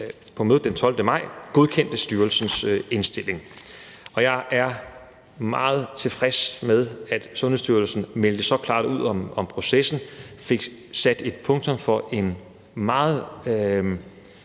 på mødet den 12. maj godkendte styrelsens indstilling. Jeg er meget tilfreds med, at Sundhedsstyrelsen meldte så klart ud om processen og fik sat et punktum for en meget